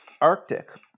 Arctic